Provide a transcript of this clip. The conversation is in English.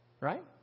Right